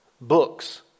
books